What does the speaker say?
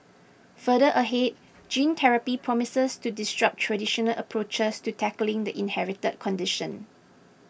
further ahead gene therapy promises to distraught traditional approaches to tackling the inherited condition